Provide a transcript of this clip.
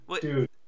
dude